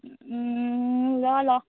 ल ल